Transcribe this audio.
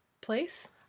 place